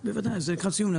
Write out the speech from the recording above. בוודאי, זה לקראת סיום.